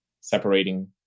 separating